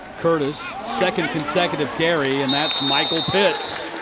curtis, second consecutive carry. and that's michael pitts.